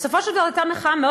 ספורות הרחובות התמלאו לחלוטין,